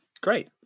Great